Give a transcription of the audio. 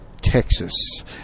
Texas